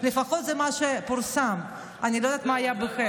לפחות זה מה שפורסם, אני לא יודעת מה היה בחדר.